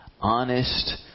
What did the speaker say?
honest